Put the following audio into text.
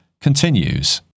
continues